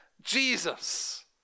Jesus